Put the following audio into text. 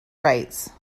rights